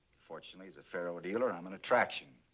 fortunately, as a faro dealer, i'm an attraction.